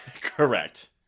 Correct